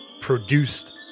produced